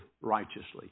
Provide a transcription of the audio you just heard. righteously